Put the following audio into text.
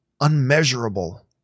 unmeasurable